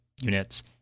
units